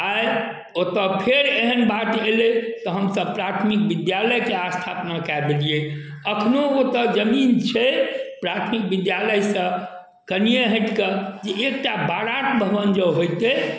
आइ ओतऽ फेर एहन बात अएलै तऽ हमसभ प्राथमिक विद्यालयके स्थापना कऽ देलिए एखनहु ओतऽ जमीन छै प्राथमिक विद्यालयसँ कनिए हटिकऽ जे एकटा बारात भवन जँ होइतै